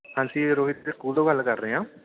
ਅਸੀਂ ਰੋਹਿਤ ਦੇ ਸਕੂਲ ਤੋਂ ਗੱਲ ਕਰ ਰਹੇ ਹਾਂ